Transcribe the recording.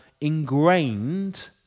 ingrained